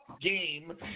game